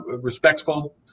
respectful